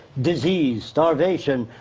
disease, starvation.